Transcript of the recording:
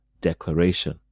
declaration